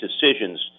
decisions